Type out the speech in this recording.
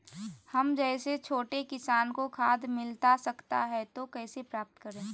हम जैसे छोटे किसान को खाद मिलता सकता है तो कैसे प्राप्त करें?